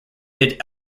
did